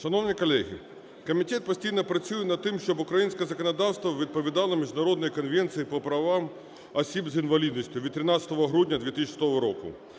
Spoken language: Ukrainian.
Шановні колеги, комітет постійно працює над тим, щоб українське законодавство відповідало міжнародній Конвенції про права осіб з інвалідністю від 13 грудня 2006 року,